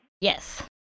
Yes